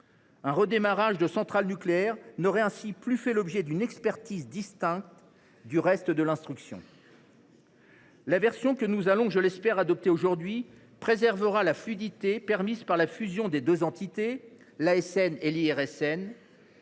Un redémarrage de centrale nucléaire n’aurait ainsi plus fait l’objet d’une expertise distincte du reste de l’instruction ! La version que nous nous apprêtons du moins l’espèré je à adopter préservera la fluidité permise par la fusion des deux entités, l’ASN et l’IRSN,